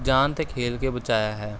ਜਾਨ 'ਤੇ ਖੇਲ ਕੇ ਬਚਾਇਆ ਹੈ